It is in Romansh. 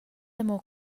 amo